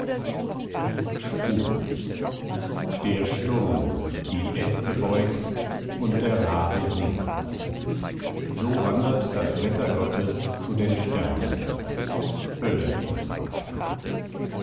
der sturm die äste beugt und der rabe singt so wandert das wetter gottes zu den sternen hölderlin